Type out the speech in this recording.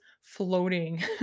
floating